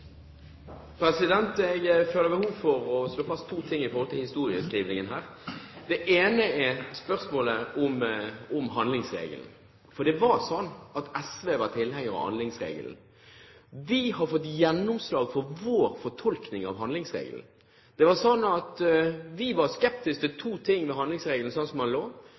Jeg føler behov for å slå fast to ting i forhold til historieskrivningen her. Det ene er spørsmålet om handlingsregelen. Det var sånn at SV var tilhenger av handlingsregelen. Vi har fått gjennomslag for vår fortolkning av handlingsregelen. Vi var skeptiske til to ting ved handlingsregelen sånn som den lå.